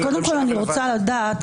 אז קודם כל אני רוצה לדעת,